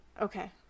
okay